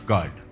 God